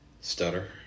stutter